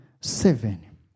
seven